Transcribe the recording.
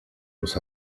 los